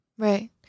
Right